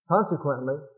Consequently